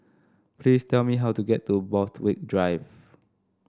please tell me how to get to Borthwick Drive